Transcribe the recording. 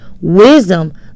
Wisdom